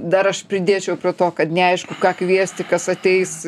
dar aš pridėčiau prie to kad neaišku ką kviesti kas ateis